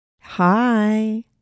Hi